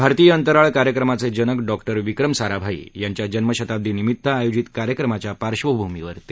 भारतीय अंतराळ कार्यक्रमाचे जनक डॉक्टर विक्रम साराभाई यांच्या जन्मशताब्दी निमित्त आयोजित कार्यक्रमाच्या पार्श्वभूमीवर ते बोलत होते